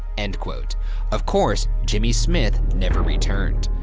and of course, jimmy smith never returned.